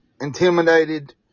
intimidated